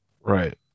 Right